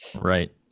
Right